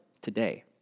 today